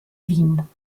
wien